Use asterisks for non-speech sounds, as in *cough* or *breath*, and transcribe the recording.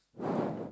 *breath*